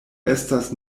estas